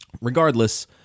Regardless